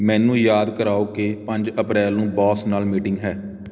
ਮੈਨੂੰ ਯਾਦ ਕਰਾਓ ਕਿ ਪੰਜ ਅਪ੍ਰੈਲ ਨੂੰ ਬੌਸ ਨਾਲ ਮੀਟਿੰਗ ਹੈ